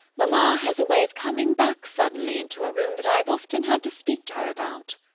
mamma has a way of coming back suddenly into a room that i have often had to speak to her about.